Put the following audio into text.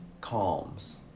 calms